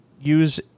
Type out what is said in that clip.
use